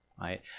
right